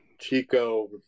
chico